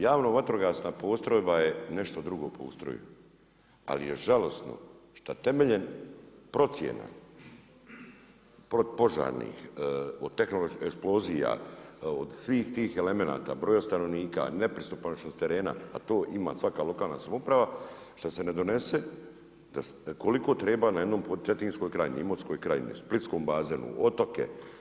Javna vatrogasna postrojba je nešto drugo po ustroju ali je žalosno što temeljem procjena požarnih od eksplozija, od svih tih elemenata, broja stanovnika, nepristupačnost terena a to ima svaka lokalna samouprava što se ne donese koliko treba na jednoj Cetinskoj krajini, Imotskoj krajini, splitskom bazenu, otoke.